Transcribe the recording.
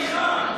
אתה בדיחה.